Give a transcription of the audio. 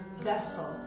vessel